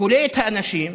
כולא את האנשים,